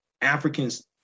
Africans